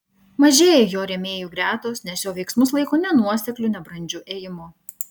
mažėja jo rėmėjų gretos nes jo veiksmus laiko nenuosekliu nebrandžiu ėjimu